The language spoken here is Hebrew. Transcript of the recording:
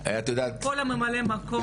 כל ממלאי המקום.